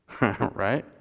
Right